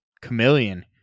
chameleon